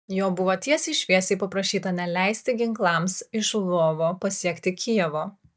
jo buvo tiesiai šviesiai paprašyta neleisti ginklams iš lvovo pasiekti kijevo